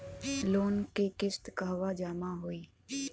Loan के किस्त कहवा जामा होयी?